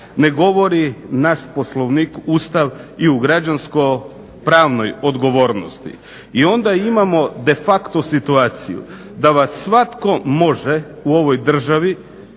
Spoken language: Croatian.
ne govori naš Poslovnik, Ustav i u građanskopravnoj odgovornosti. I onda imamo de facto situaciju da vas svatko može u ovoj državi